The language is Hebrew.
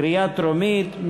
בקריאה טרומית.